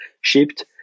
shipped